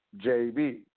JB